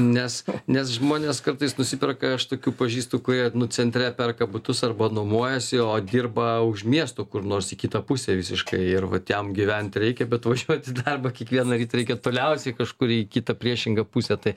nes nes žmonės kartais nusiperka aš tokių pažįstu kurie nu centre perka butus arba nuomojasi o dirba už miesto kur nors į kitą pusę visiškai ir va ten gyvent reikia bet važiuoti į darbą kiekvieną rytą reikia toliausiai kažkur į kitą priešingą pusę tai